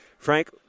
Frank